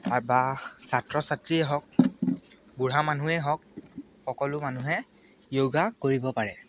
বা ছাত্ৰ ছাত্ৰীয়ে হওক বুঢ়া মানুহেই হওক সকলো মানুহে যোগা কৰিব পাৰে